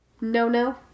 No-no